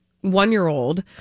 one-year-old